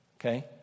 Okay